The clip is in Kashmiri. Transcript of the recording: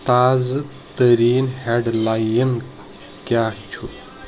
تازٕ ترین ہیڈلاین کیا چھُ ؟